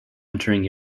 entering